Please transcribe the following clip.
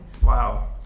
Wow